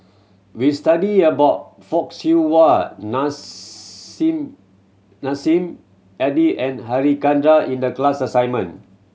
we studied about Fock Siew Wah Nissim Nassim Adis and Harichandra in the class assignment